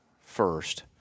first